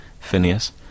Phineas